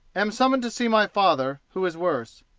am summoned to see my father, who is worse.